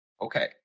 Okay